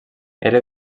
era